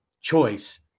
choice